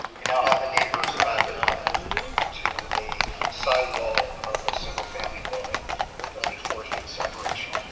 you now have the neighbors backing on to a side wall of a single-family dwelling with only four feet separation.